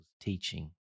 teaching